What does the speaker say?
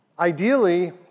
Ideally